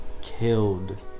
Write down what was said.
Killed